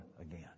again